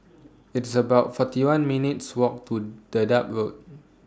It's about forty one minutes' Walk to Dedap Road